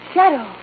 Shadow